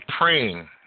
praying